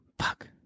Fuck